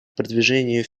продвижению